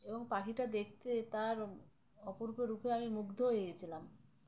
এবং পাখিটা দেখতে তার অপূর্ব রূপে আমি মুগ্ধ হয়ে গেছিলাম